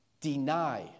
deny